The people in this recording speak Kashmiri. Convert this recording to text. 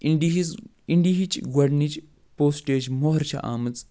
اِنڈہِز اِنڈیِہِچ گۄڈنِچ پوسٹیج مۄہر چھِ آمٕژ